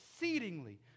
exceedingly